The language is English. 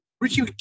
Richie